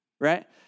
right